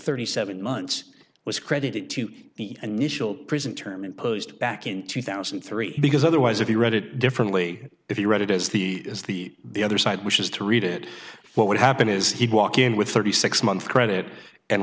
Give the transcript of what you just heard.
thirty seven months was credited to the initial prison term imposed back in two thousand and three because otherwise if you read it differently if you read it as the is the the other side which is to read it what would happen is he'd walk in with thirty six month credit and